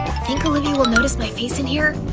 think olivia will notice my face in here?